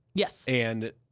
yes. and,